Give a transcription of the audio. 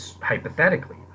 hypothetically